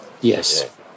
Yes